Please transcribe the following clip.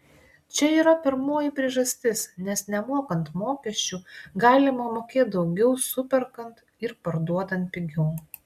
čia yra pirmoji priežastis nes nemokant mokesčių galima mokėt daugiau superkant ir parduoti pigiau